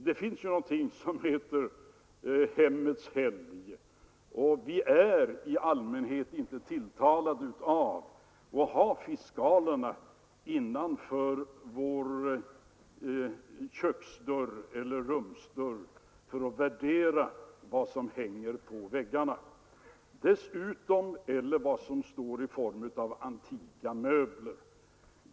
Det finns ju någonting som heter hemmets helgd, och vi är i allmänhet inte tilltalade av att ha fiskalerna innanför vår köksdörr eller rumsdörr för att värdera vad som hänger på väggarna eller som står på golvet i form av antika möbler.